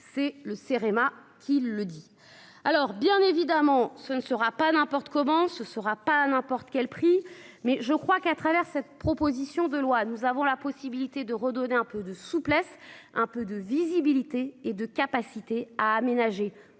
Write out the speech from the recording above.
C'est le CEREMA qu'il le dit. Alors bien évidemment, ce ne sera pas n'importe comment, ce sera pas n'importe quel prix. Mais je crois qu'à travers cette proposition de loi, nous avons la possibilité de redonner un peu de souplesse, un peu de visibilité et de capacité à aménager